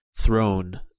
throne